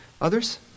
Others